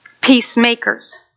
peacemakers